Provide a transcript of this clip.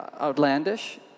outlandish